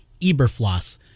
Eberfloss